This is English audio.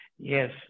Yes